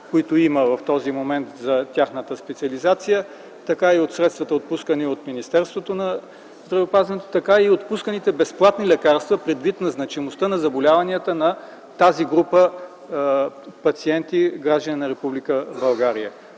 които има в този момент за тяхната специализация, и от средствата, отпускани от Министерството на здравеопазването, и отпусканите безплатни лекарства, предвид на значимостта на заболяванията на тази група пациенти – граждани на